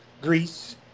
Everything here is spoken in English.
Greece